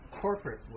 corporate